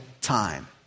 time